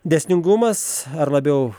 dėsningumas ar labiau